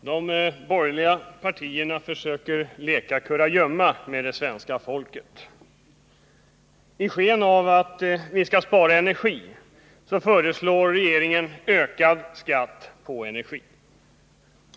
Herr talman! De borgerliga partierna försöker leka kurragömma med det svenska folket. Under sken av att vi skall spara energi föreslår regeringen en ökning av skatten på energi.